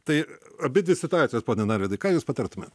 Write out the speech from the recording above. tai abidvi situacijos pone narvydai ką jūs patartumė